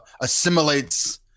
assimilates